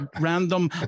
random